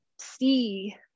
see